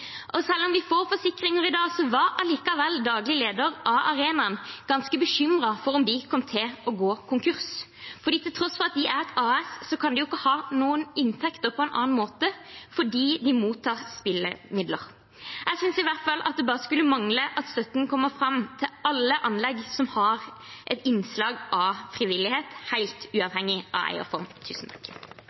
Selv om vi får forsikringer i dag, var likevel daglig leder av arenaen ganske bekymret for om de kom til å gå konkurs, for til tross for at de er et AS, kan de ikke ha noen inntekter på en annen måte, fordi de mottar spillemidler. Jeg synes i hvert fall at det bare skulle mangle at støtten kommer fram til alle anlegg som har et innslag av frivillighet, helt uavhengig av eierform.